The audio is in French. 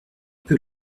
peu